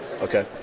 Okay